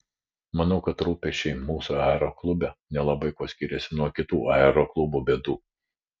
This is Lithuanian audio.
manau kad rūpesčiai mūsų aeroklube nelabai kuo skiriasi nuo kitų aeroklubų bėdų